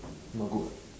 not good